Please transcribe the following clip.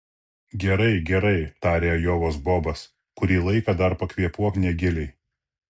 gerai gerai tarė ajovos bobas kurį laiką dar pakvėpuok negiliai